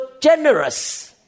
generous